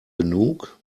genug